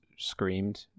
screamed